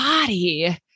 body